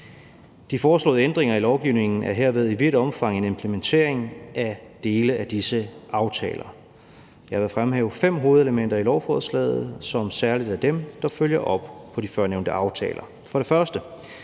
De foreslåede ændringer i lovgivningen er herved i vidt omfang en implementering af dele af disse aftaler. Jeg vil fremhæve fem hovedelementer i lovforslaget, som særligt er dem, der følger op på de førnævnte aftaler. For det første